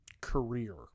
career